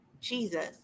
Jesus